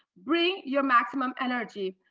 bring your maximum energy.